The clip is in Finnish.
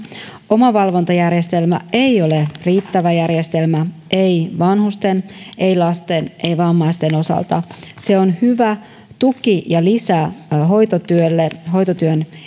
omavalvontajärjestelmä ei ole riittävä järjestelmä ei vanhusten ei lasten ei vammaisten osalta se on hyvä tuki ja lisä hoitotyölle hoitotyön